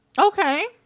Okay